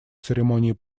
церемонии